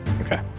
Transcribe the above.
Okay